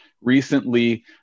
recently